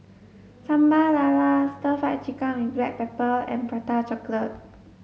sambal lala stir fried chicken with black pepper and prata chocolate